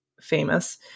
famous